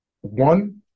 One